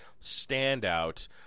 standout